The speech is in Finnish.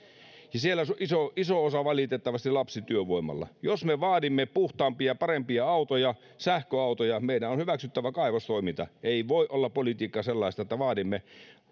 ja siellä iso iso osa valitettavasti lapsityövoimalla jos me vaadimme puhtaampia ja parempia autoja sähköautoja meidän on hyväksyttävä kaivostoiminta ei voi olla politiikka sellaista että vaadimme